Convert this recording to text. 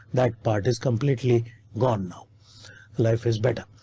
that part is completely gone now life is better.